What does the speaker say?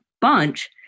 bunch